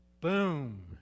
boom